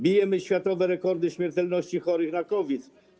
Bijemy światowe rekordy śmiertelności chorych na COVID.